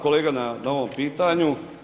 kolega na ovom pitanju.